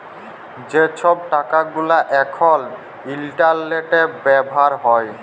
যে ছব টাকা গুলা এখল ইলটারলেটে ব্যাভার হ্যয়